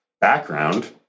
background